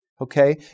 okay